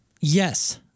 Yes